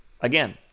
Again